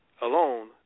alone